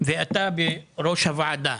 ואתה בראש הוועדה.